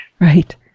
Right